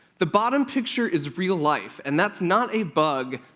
the bottom picture is real life, and that's not a bug,